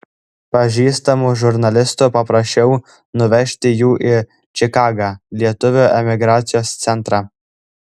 pažįstamų žurnalistų paprašiau nuvežti jų į čikagą lietuvių emigracijos centrą